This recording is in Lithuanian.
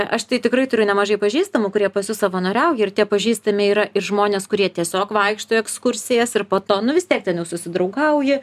aš tai tikrai turiu nemažai pažįstamų kurie pas jus savanoriauja ir tie pažįstami yra ir žmonės kurie tiesiog vaikšto į ekskursijas ir po to nu vis tiek ten jau susidraugauji